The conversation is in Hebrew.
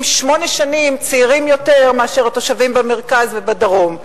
שמונה שנים צעירים יותר מאשר התושבים במרכז ובדרום.